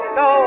no